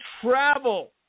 travel